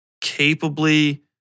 capably